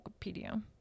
Wikipedia